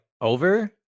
over